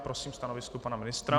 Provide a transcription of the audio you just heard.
Prosím o stanovisko pana ministra.